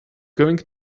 going